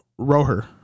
roher